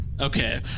Okay